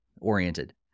oriented